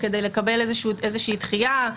כדי לקבל איזושהי דחייה,